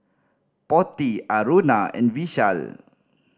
Potti Aruna and Vishal